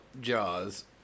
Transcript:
Jaws